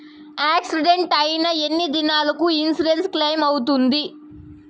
Accident అయిన ఎన్ని దినాలకు ఇన్సూరెన్సు క్లెయిమ్ అవుతుంది?